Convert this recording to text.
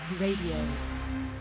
RADIO